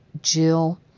Jill